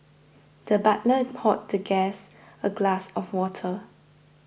the butler poured the guest a glass of water